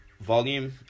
volume